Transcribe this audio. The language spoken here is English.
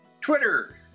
Twitter